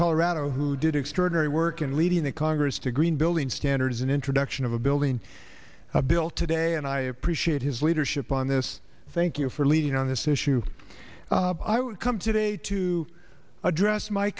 colorado who did extraordinary work in leading the congress to green building standards and introduction of a building a bill today and i appreciate his leadership on this thank you for leading on this issue i would come today to address my